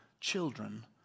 children